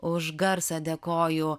už garsą dėkoju